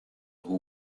who